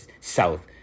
south